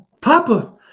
Papa